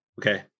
Okay